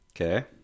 Okay